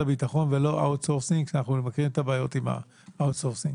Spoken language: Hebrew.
הביטחון ולא אאוט סורסינג כי אנחנו מכירים את הבעיות עם אאוט סורסינג.